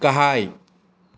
गाहाय